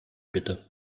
bitte